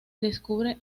descubre